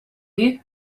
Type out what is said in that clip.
you